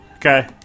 Okay